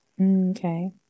Okay